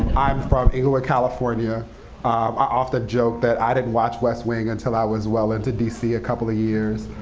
i'm from inglewood, california. i often joke that i didn't watch west wing until i was well into dc a couple of years.